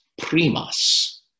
Primas